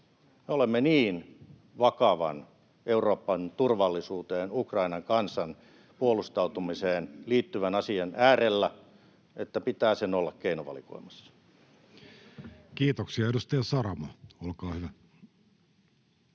olemme niin vakavan Euroopan turvallisuuteen ja Ukrainan kansan puolustautumiseen liittyvän asian äärellä, että pitää sen olla keinovalikoimassa. [Speech 38] Speaker: